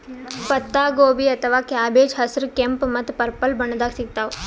ಪತ್ತಾಗೋಬಿ ಅಥವಾ ಕ್ಯಾಬೆಜ್ ಹಸ್ರ್, ಕೆಂಪ್ ಮತ್ತ್ ಪರ್ಪಲ್ ಬಣ್ಣದಾಗ್ ಸಿಗ್ತಾವ್